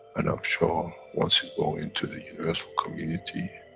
and i'm sure once you go into the universal community,